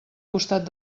costat